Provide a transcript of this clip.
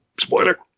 spoiler